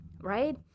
right